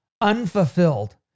unfulfilled